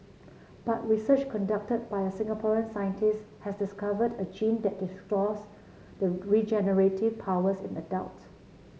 but research conducted by a Singaporean scientist has discovered a gene that restores the regenerative powers in adults